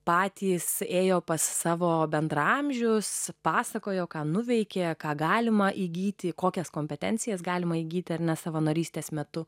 patys ėjo pas savo bendraamžius pasakojo ką nuveikė ką galima įgyti kokias kompetencijas galima įgyti ar ne savanorystės metu